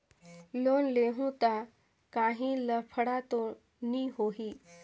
Loan लेहूं ता काहीं लफड़ा तो नी होहि?